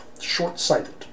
short-sighted